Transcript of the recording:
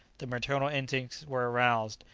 the maternal instincts were aroused,